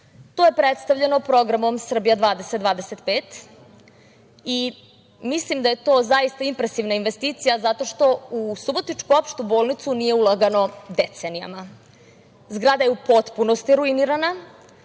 To je predstavljeno programom Srbija 20-25 i mislim da je to zaista impresivna investicija zato što u subotičku opštu bolnicu nije ulagano decenijama. Zgrada je u potpunosti ruinirana